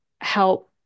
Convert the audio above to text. help